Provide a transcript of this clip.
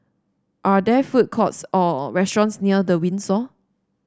are there food courts or restaurants near The Windsor